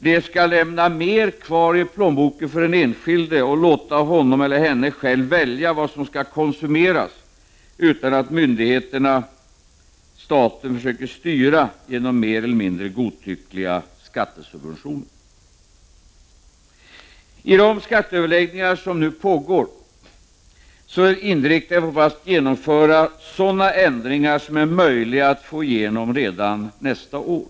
Det skall lämna mer kvar i plånboken för den enskilde och låta honom eller henne själv välja vad som skall konsumeras, utan att staten försöker styra genom mer eller mindre godtyckliga skattesubventioner. I de skatteöverläggningar som nu pågår inriktar vi oss på att genomföra sådana ändringar som är möjliga att få igenom redan nästa år.